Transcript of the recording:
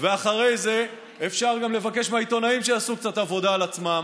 ואחרי זה אפשר גם לבקש מהעיתונאים שיעשו קצת עבודה על עצמם.